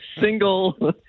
single